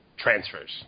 transfers